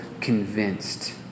convinced